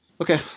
Okay